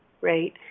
right